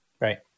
Right